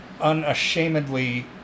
unashamedly